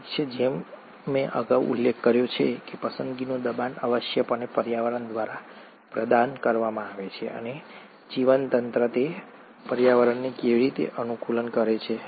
ઠીક છે જેમ મેં અગાઉ ઉલ્લેખ કર્યો છે પસંદગીનું દબાણ આવશ્યકપણે પર્યાવરણ દ્વારા પ્રદાન કરવામાં આવે છે અને જીવતંત્ર તે પર્યાવરણને કેવી રીતે અનુકૂલન કરે છે